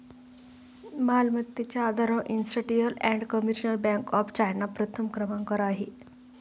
मालमत्तेच्या आधारावर industrial and commercial bank of China प्रथम क्रमांकावर आहे